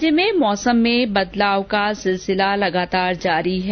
राज्य में मौसम में बदलाव का सिलसिला लगातार जारी है